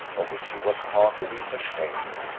of which she was heartily ashamed.